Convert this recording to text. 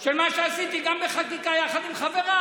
של מה שעשיתי, גם בחקיקה, יחד עם חבריי,